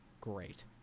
great